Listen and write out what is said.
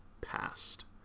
past